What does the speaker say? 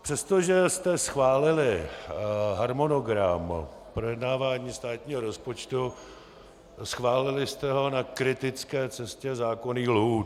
Přestože jste schválili harmonogram projednávání státního rozpočtu, schválili jste ho na kritické cestě zákonných lhůt.